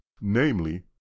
namely